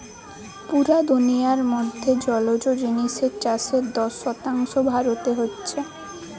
পুরা দুনিয়ার মধ্যে জলজ জিনিসের চাষের দশ শতাংশ ভারতে হচ্ছে